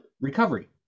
Recovery